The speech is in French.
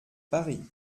paris